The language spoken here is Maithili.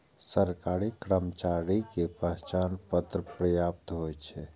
सरकारी कर्मचारी के पहचान पत्र पर्याप्त होइ छै